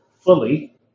fully